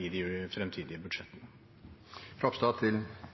i de fremtidige